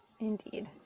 Indeed